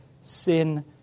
sin